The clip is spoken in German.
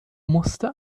musste